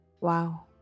Wow